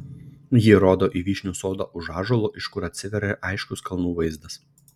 ji rodo į vyšnių sodą už ąžuolo iš kur atsiveria aiškus kalnų vaizdas